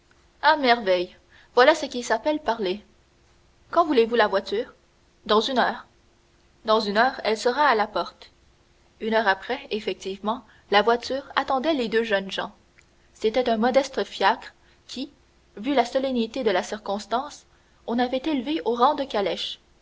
à merveille voilà ce qui s'appelle parler quand voulez-vous la voiture dans une heure dans une heure elle sera à la porte une heure après effectivement la voiture attendait les deux jeunes gens c'était un modeste fiacre que vu la solennité de la circonstance on avait élevé au rang de calèche